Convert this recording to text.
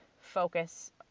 focus